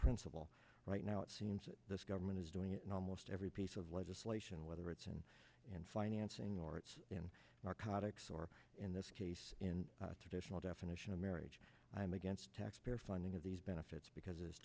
principle right now it seems this government is doing it in almost every piece of legislation whether it's in in financing or it's in narcotics or in this case in the traditional definition of marriage i'm against taxpayer funding of these benefits because